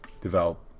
Develop